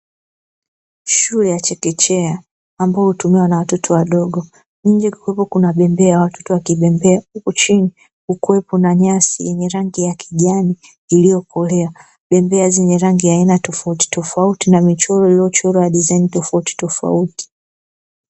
Shule ya chekechea ambayo hutumiwa na watoto wadogo nje kukiwepo na bembea watoto wakibembea huku chini kukiwepo na nyasi zenye rangi ya kijani iliyokolea, bembea zenye rangi ya aina tofautitofauti na michoro iliyochorwa ya dizaini tofautitofauti.